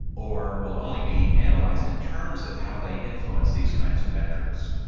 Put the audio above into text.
or will only be analyzed in terms of how they influence these kinds of metrics